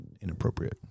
inappropriate